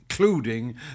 including